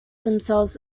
themselves